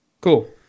Cool